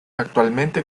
actualmente